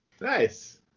nice